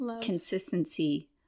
consistency